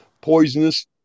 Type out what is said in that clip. poisonous